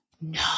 No